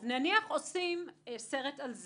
נניח, עושים סרט על זה,